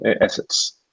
assets